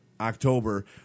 October